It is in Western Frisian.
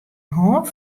hân